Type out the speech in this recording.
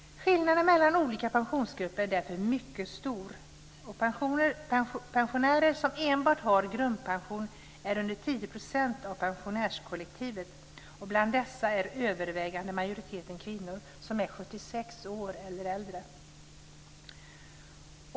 Skillnaden mellan olika pensionärsgrupper är därför mycket stor. Pensionärer som enbart har grundpension är under 10 % av pensionärskollektivet och bland dessa är den övervägande majoriteten kvinnor som är 76 år eller äldre.